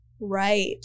Right